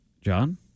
John